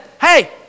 hey